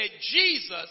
Jesus